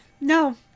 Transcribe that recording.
No